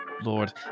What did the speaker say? lord